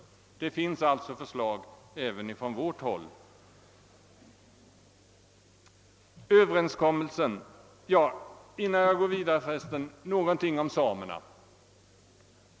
Även vi har alltså lagt fram förslag på detta område. Innan jag går vidare vill jag säga något om samerna.